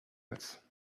else